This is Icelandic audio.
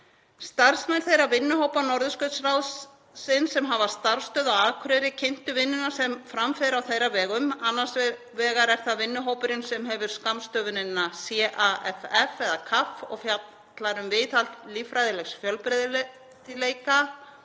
Starfsmenn þeirra vinnuhópa Norðurskautsráðsins sem hafa starfsstöð á Akureyri kynntu vinnuna sem fram fer á þeirra vegum. Annars vegar er vinnuhópurinn sem hefur skammstöfunina CAFF, sem fjallar um viðhald líffræðilegs fjölbreytileika,